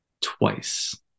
twice